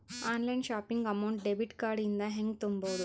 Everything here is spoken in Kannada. Online shopping amount debit card ಇಂದ ಹೆಂಗ್ ತುಂಬೊದು?